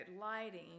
lighting